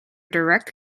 direct